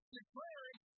declaring